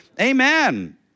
Amen